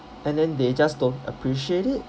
and then they just don't appreciate it